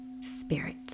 spirit